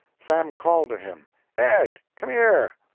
sam called to him ed, come here!